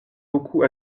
beaucoup